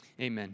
amen